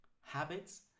habits